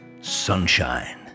Sunshine